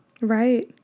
Right